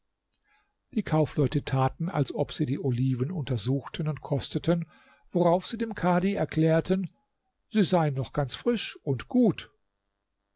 die kaufleute taten als ob sie die oliven untersuchten und kosteten worauf sie dem kadhi erklärten sie seien noch ganz frisch und gut